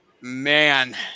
Man